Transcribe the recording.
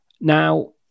Now